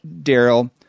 Daryl